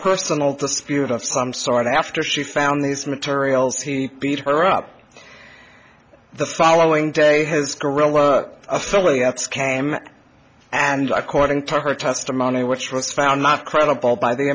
sort after she found these materials he beat her up the following day his guerrilla affiliates came and according to her testimony which was found not credible by the